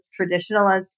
traditionalist